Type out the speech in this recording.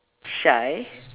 shy